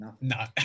No